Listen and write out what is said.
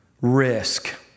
risk